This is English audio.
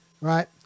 right